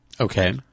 Okay